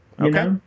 Okay